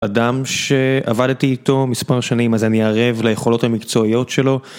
אדם שעבדתי איתו מספר שנים, אז אני ערב ליכולות המקצועיות שלו.